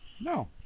No